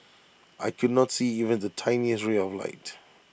I could not see even the tiniest ray of light